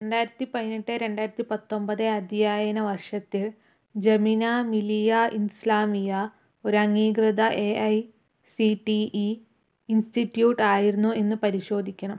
രണ്ടായിരത്തിപതിനെട്ട് രണ്ടായിരത്തി പത്തൊൻപത് അധ്യായന വർഷത്തിൽ ജാമിയ മിലിയ ഇസ്ലാമിയ ഒരു അംഗീകൃത A I C T E institute ആയിരുന്നോ എന്ന് പരിശോധിക്കണം